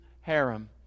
harem